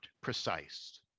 precise